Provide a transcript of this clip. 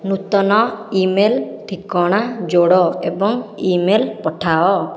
ନୂତନ email ଠିକଣା ଯୋଡ଼ ଏବଂ ଇ ମେଲ୍ ପଠାଅ